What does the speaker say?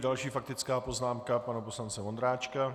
Další faktická poznámka pana poslance Vondráčka.